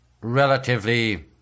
relatively